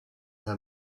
her